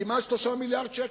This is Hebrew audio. כמעט 3 מיליארדי ש"ח.